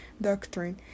Doctrine